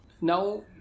Now